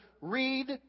read